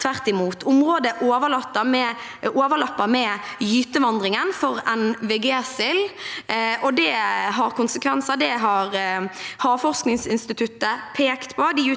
tvert imot. Området overlapper med gytevandringen for NVG-sild, og det har konsekvenser. Det har Havforskningsinstituttet pekt på.